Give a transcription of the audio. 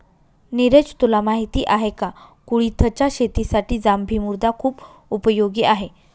निरज तुला माहिती आहे का? कुळिथच्या शेतीसाठी जांभी मृदा खुप उपयोगी आहे